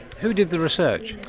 who did the research?